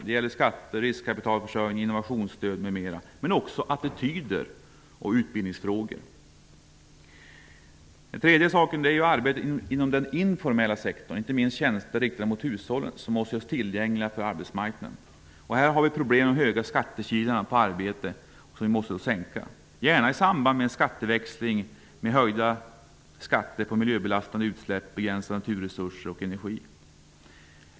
Det gäller skatter, riskkapitalförsörjning, innovationsstöd m.m., men också attityder och utbildningsfrågor. Den tredje komponenten är arbetet inom den informella sektorn, inte minst när det gäller tjänster riktade mot hushållen, vilka måste göras tillgängliga för arbetsmarknaden. Här har vi problem med de höga skattekilarna på arbete som måste sänkas, gärna i samband med en skatteväxling med höjda skatter på miljöbelastande utsläpp, begränsade naturresurser och energi.